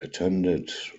attended